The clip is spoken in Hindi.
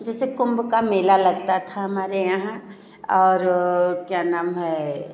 जैसे कुंभ का मेला लगता था हमारे यहाँ और क्या नाम है